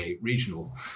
regional